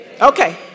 Okay